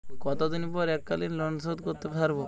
কতদিন পর এককালিন লোনশোধ করতে সারব?